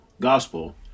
gospel